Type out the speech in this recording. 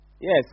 Yes